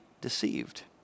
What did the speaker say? deceived